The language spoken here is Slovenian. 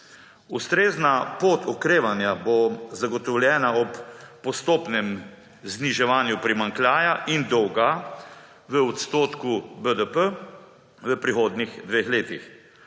Ustrezna pot okrevanja bo zagotovljena ob postopnem zniževanju primanjkljaja in dolga v odstotku BDP v prihodnjih dveh letih.